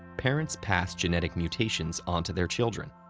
parents pass genetic mutations on to their children.